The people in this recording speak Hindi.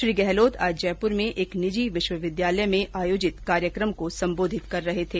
श्री गहलोत आज जयपुर में एक निजी विश्वविद्यालय में आयोजित कार्यक्रम को संबोधित कर रहे थे